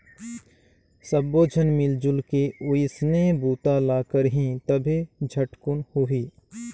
सब्बो झन मिलजुल के ओइसने बूता ल करही तभे झटकुन होही